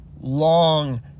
long